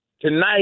Tonight